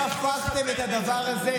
אתם הפכתם את הדבר הזה,